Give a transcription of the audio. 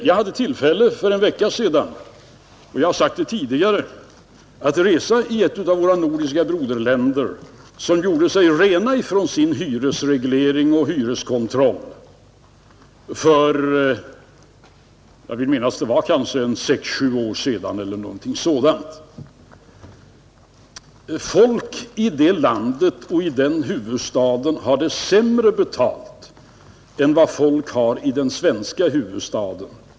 Jag hade för en vecka sedan tillfälle, som jag har sagt tidigare, att resa i ett av våra nordiska broderländer som gjorde sig av med sin hyresreglering och hyreskontroll för 6—7 år sedan, vill jag minnas. Folk i det landet och i den huvudstaden har sämre betalt än vad folk har i den svenska huvudstaden.